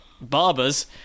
barbers